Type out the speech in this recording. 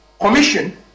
commission